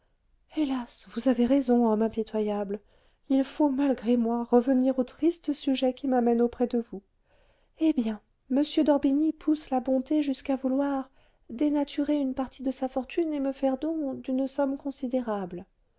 hélas vous avez raison homme impitoyable il faut malgré moi revenir au triste sujet qui m'amène auprès de vous eh bien m d'orbigny pousse la bonté jusqu'à vouloir dénaturer une partie de sa fortune et me faire don d'une somme considérable